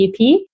GDP